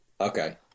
Okay